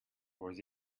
was